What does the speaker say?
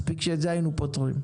מספיק שאת זה היינו פותרים.